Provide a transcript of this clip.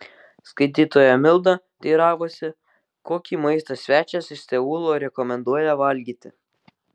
skaitytoja milda teiravosi kokį maistą svečias iš seulo rekomenduoja valgyti